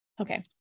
okay